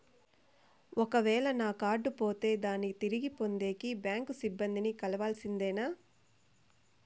ఒక వేల నా కార్డు పోతే దాన్ని తిరిగి పొందేకి, బ్యాంకు సిబ్బంది ని కలవాల్సిందేనా?